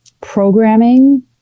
programming